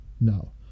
no